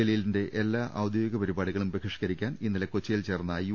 ജലീ ലിന്റെ എല്ലാ ഔദ്യോഗിക പരിപാടികളും ബഹിഷ്കരിക്കാൻ ഇന്നലെ കൊച്ചി യിൽ ചേർന്ന യു